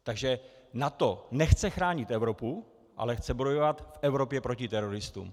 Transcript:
Takže NATO nechce chránit Evropu, ale chce bojovat v Evropě proti teroristům.